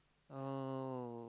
oh